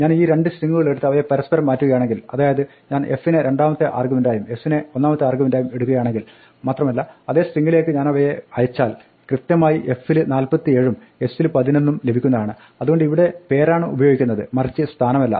ഞാൻ ഈ രണ്ട് സ്ട്രിങ്ങുകളെടുത്ത് അവയെ പരസ്പരം മാറ്റുകയാണെങ്കിൽ അതായത് ഞാൻ f നെ രണ്ടാമത്തെ ആർഗ്യുമെന്റായും s നെ ഒന്നാമത്തെ ആർഗ്യുമെന്റായും എടുക്കുകയാണെങ്കിൽ മാത്രമല്ല അതേ സ്ട്രിങ്ങിലേക്ക് ഞാനവയെ അയച്ചാൽ കൃത്യമായി f ൽ 47 ഉം s ൽ 11 ഉം ലഭിക്കുന്നതാണ് അതുകൊണ്ട് ഇവിടെ പേരാണ് ഉപയോഗിക്കുന്നത് മറിച്ച് സ്ഥാനമല്ല